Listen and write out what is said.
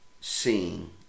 seeing